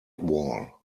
wall